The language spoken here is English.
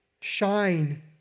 shine